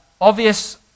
obvious